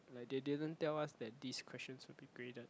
like they didn't tell us that this questions will be graded